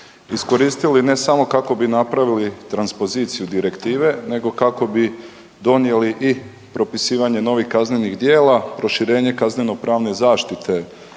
iskoristili, ne samo kako bi napravili transpoziciju Direktive, nego kako bi donijeli i propisivanje novih kaznenih djela, proširenje kaznenopravne zaštite